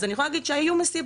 אז אני יכולה להגיד שהיו מסיבות,